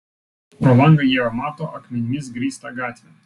pro langą ieva mato akmenimis grįstą gatvę